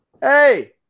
Hey